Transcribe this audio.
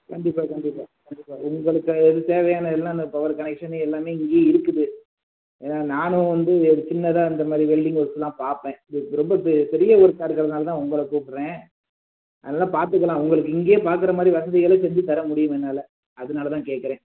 கண்டிப்பாக கண்டிப்பாக கண்டிப்பா உங்களுக்கு இது தேவையான இதெல்லாம் அந்த பவர் கனெக்ஷன் எல்லாமே இங்கேயே இருக்குது ஏன்னால் நானும் வந்து ஒரு சின்னதாக இந்த மாதிரி வெல்டிங் ஒர்கெல்லாம் பார்ப்பேன் இது ரொம்ப பெ பெரிய ஒர்க்காக இருக்கிறதுனால தான் உங்களை கூப்பிடுறேன் அதனால பார்த்துக்கலாம் உங்களுக்கு இங்கேயே பார்க்குற மாதிரி வசதிகளை செஞ்சு தர முடியும் என்னால் அதனாலதான் கேட்குறேன்